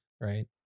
Right